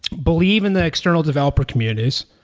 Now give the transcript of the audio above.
believe in the external developer communities,